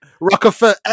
Rockefeller